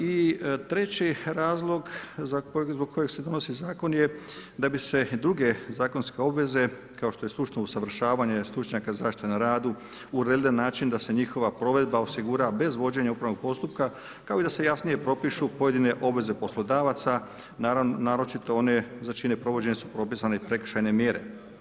I treći razlog za kojeg, zbog kojeg se donosi zakon je da bi se druge zakonske obveze kao što je stručno usavršavanje stručnjaka zaštite na radu uredile na način da se njihova provedba osigura bez vođenje upravnog postupka kao da se i jasnije propišu pojedine obveze poslodavca, naročito one za čije provođenje su propisane prekršajne mjere.